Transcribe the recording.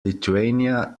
lithuania